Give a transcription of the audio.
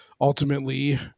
ultimately